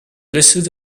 listed